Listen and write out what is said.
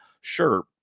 Sure